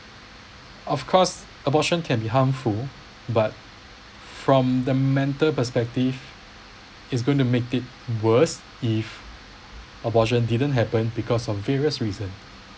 of course abortion can be harmful but from the mental perspective is going to make it worse if abortion didn't happen because of various reasons